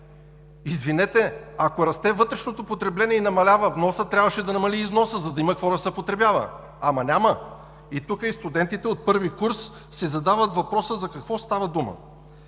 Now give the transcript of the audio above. Извинете, ако расте вътрешното потребление и намалява вносът, трябваше да намали износът, за да има какво да се потребява. Ама няма. Тук и студентите от първи курс си задават въпроса: за какво става дума,